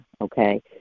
okay